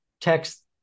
Text